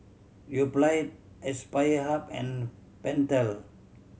Yoplait Aspire Hub and Pentel